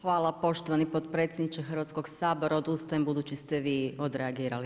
Hvala poštovani potpredsjedniče Hrvatskoga sabora, odustajem, budući ste vi odreagirali.